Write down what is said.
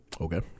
Okay